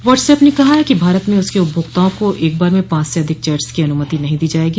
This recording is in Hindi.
व्हाट्स ऐप ने कहा है कि भारत में उसके उपभोक्ताओं को एक बार में पांच से अधिक चट्स की अनुमति नहीं दी जाएगी